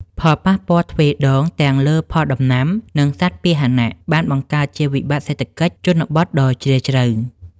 ផលប៉ះពាល់ទ្វេដងទាំងលើផលដំណាំ និងសត្វពាហនៈ បានបង្កើតជាវិបត្តិសេដ្ឋកិច្ចជនបទដ៏ជ្រាលជ្រៅ។